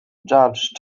judge